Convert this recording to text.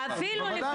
בוודאי,